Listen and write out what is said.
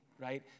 right